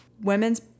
women's